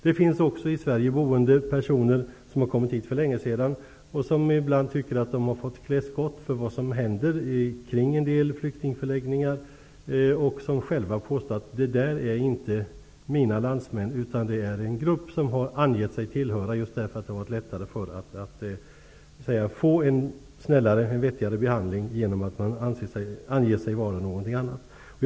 Det finns också i Sverige boende personer som har kommit hit för länge sedan. De tycker att de ibland har fått klä skott för vad som händer kring en del flyktingförläggningar. Själva påstår de att det inte är deras landsmän utan att det är en grupp som har angett en tillhörighet just därför att det har varit lättare att få en snällare och vettigare behandling genom att man anger någon annan tillhörighet.